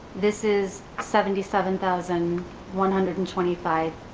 this is seventy seven thousand one hundred and twenty five